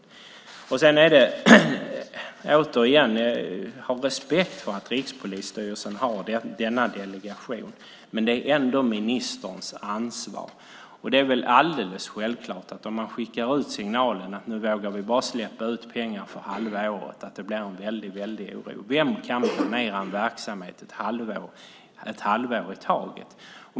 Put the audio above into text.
Jag har respekt för att man har delegerat detta till Rikspolisstyrelsen, men det är ändå ministerns ansvar. Det är alldeles självklart att det blir en väldig oro om man skickar ut signalen att nu vågar vi bara släppa ut pengar för halva året. Vem kan planera en verksamhet ett halvår i taget?